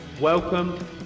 Welcome